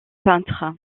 peintres